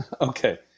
Okay